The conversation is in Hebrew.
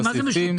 מה זה משותף?